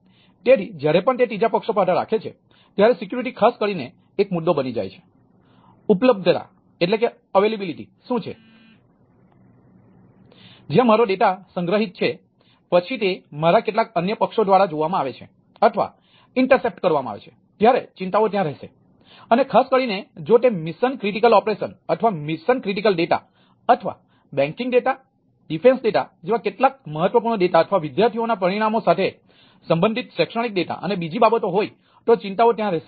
તેથી અમારી application data પ્રક્રિયા અથવા મિશન ક્રિટિકલ ડેટા અથવા બેંકિંગ ડેટા ડિફેન્સ ડેટા જેવા કેટલાક મહત્વપૂર્ણ ડેટા તથા વિદ્યાર્થીઓના પરિણામો સાથે સંબંધિત શૈક્ષણિક ડેટા અને બીજી બાબતો હોય તો ચિંતાઓ ત્યાં રહેશે